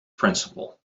principal